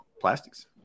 plastics